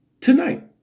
tonight